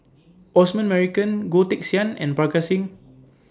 Osman Merican Goh Teck Sian and Parga Singh